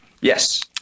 yes